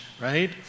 right